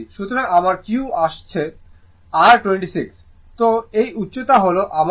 সুতরাং আমার q আসলে আসছে r 26 সুতরাং এই উচ্চতা হল আমার 26